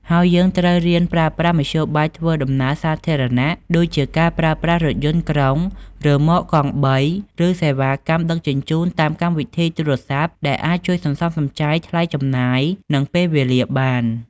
ហើយយើងត្រូវរៀនប្រើប្រាស់មធ្យោបាយធ្វើដំណើរសាធារណ ដូចជាការប្រើប្រាស់រថយន្តក្រុង រ៉ឺម៉កកង់បី ឬសេវាកម្មដឹកជញ្ជូនតាមកម្មវិធីទូរស័ព្ទ ដែលអាចជួយសន្សំសំចៃថ្លៃចំណាយ និងពេលវេលាបាន។